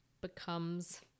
becomes